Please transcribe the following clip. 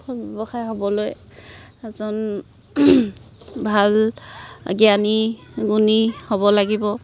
সফল ব্যৱসায়ী হ'বলৈ এজন ভাল জ্ঞানী গুণী হ'ব লাগিব